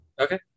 Okay